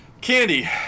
Candy